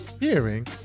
hearing